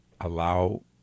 allow